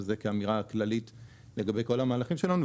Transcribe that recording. אז זה כאמירה כללית לגבי כל המהלכים שלנו.